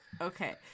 okay